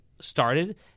started